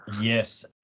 Yes